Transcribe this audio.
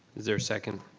there a second?